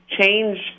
change